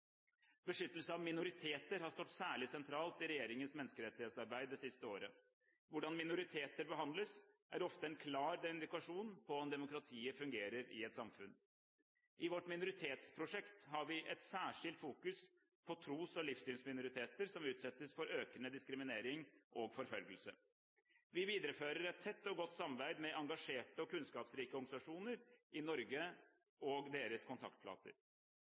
Beskyttelse av minoriteter har stått særlig sentralt i regjeringens menneskerettighetsarbeid det siste året. Hvordan minoriteter behandles er ofte en klar indikasjon på om demokratiet fungerer i et samfunn. I vårt minoritetsprosjekt har vi et særskilt fokus på tros- og livssynsminoriteter som utsettes for økende diskriminering og forfølgelse. Vi viderefører et tett og godt samarbeid med engasjerte og kunnskapsrike organisasjoner i Norge – og deres